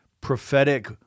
prophetic